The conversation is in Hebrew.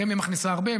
רמ"י מכניסה הרבה,